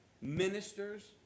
ministers